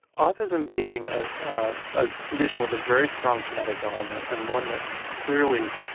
autism being ah a condition with a very strong genetic element and one that clearly